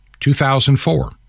2004